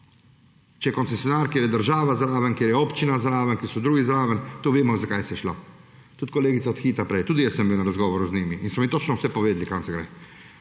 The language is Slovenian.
Če je koncesionar, kjer je država zraven, kjer je občina zraven, kjer so drugi zraven, vemo, za kaj je šlo. Kolegica, ki je o Hitu prej govorila – tudi jaz sem bil na razgovoru z njimi in so mi točno vse povedali, kam gre,